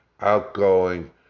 outgoing